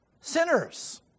sinners